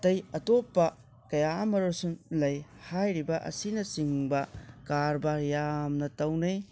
ꯑꯇꯩ ꯑꯇꯣꯞꯄ ꯀꯌꯥ ꯑꯃꯔꯣꯝꯁꯨ ꯂꯩ ꯍꯥꯏꯔꯤꯕ ꯑꯁꯤꯅꯆꯤꯡꯕ ꯀꯔꯕꯥꯔ ꯌꯥꯝꯅ ꯇꯧꯅꯩ